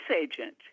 agent